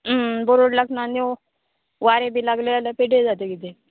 burrowed लागना आनी वारें बी लागले जाल्यार पेड्डेर जाता गे तें